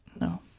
No